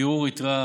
בירור יתרה,